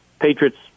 Patriots